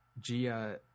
gia